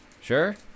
Sure